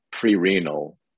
pre-renal